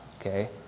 Okay